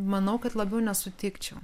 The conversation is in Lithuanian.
manau kad labiau nesutikčiau